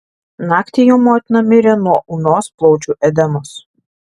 naktį jo motina mirė nuo ūmios plaučių edemos